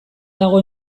dago